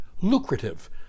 Lucrative